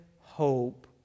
hope